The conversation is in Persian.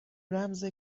رمز